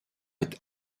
est